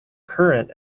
current